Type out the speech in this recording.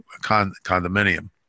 condominium